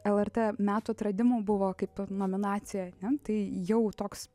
lrt metų atradimu buvo kaip nominacija ne tai jau toks